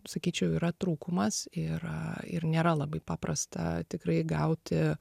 sakyčiau yra trūkumas ir ir nėra labai paprasta tikrai gauti